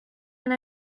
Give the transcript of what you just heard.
and